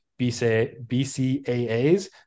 BCAAs